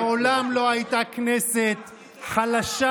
מעולם לא הייתה כנסת חלשה,